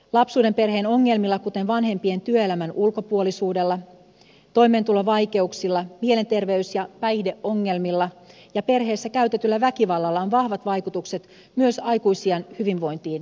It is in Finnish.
lapsuudenperheen ongelmilla kuten vanhempien työelämän ulkopuolisuudella toimeentulovaikeuksilla mielenterveys ja päihdeongelmilla ja perheessä käytetyllä väkivallalla on vahvat vaikutukset myös aikuisiän hyvinvointiin ja terveyteen